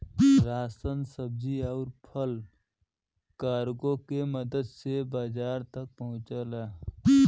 ration सब्जी आउर फल कार्गो के मदद से बाजार तक पहुंचला